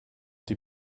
die